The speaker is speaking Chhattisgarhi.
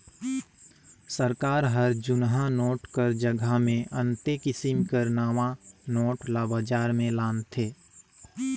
सरकार हर जुनहा नोट कर जगहा मे अन्ते किसिम कर नावा नोट ल बजार में लानथे